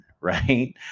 Right